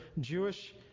Jewish